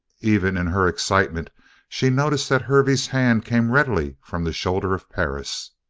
even in her excitement she noticed that hervey's hand came readily from the shoulder of perris.